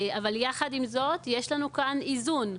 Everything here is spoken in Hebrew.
אבל יחד עם זאת, יש לנו כאן איזון,